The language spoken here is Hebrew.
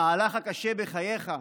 המהלך הקשה בחייך,